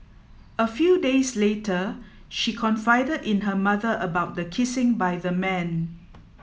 a few days later she confided in her mother about the kissing by the man